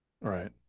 right